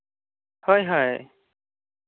ᱦᱳᱭ ᱦᱳᱭ